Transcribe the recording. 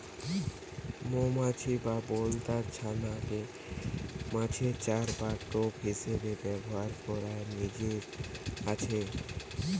মউমাছি বা বলতার ছানা কে মাছের চারা বা টোপ হিসাবে ব্যাভার কোরার নজির আছে